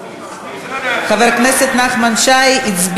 37 בעד, 23 מתנגדים,